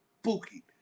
spooky